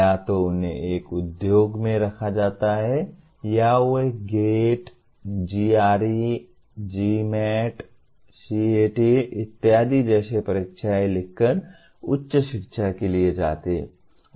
या तो उन्हें एक उद्योग में रखा जाता है या वे GATE GRE GMAT CAT इत्यादि जैसी परीक्षाएँ लिखकर उच्च शिक्षा के लिए जाते हैं